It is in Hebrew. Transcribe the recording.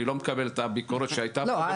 אני לא מקבל את הביקורת שנעשתה פה.